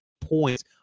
points